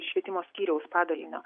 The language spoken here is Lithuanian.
švietimo skyriaus padalinio